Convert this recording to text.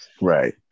right